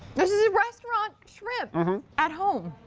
this is restaurant shrimp at home.